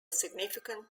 significant